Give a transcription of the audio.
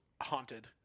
haunted